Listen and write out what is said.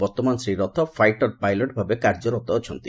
ବର୍ତ୍ତମାନ Shri Rath fighter pilot ଭାବେ କାର୍ଯ୍ୟରତ ଅଛନ୍ତି